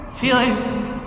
feeling